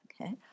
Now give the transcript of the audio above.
Okay